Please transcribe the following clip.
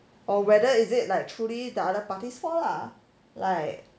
or whether is it like truly the other parties fault lah like